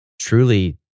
Truly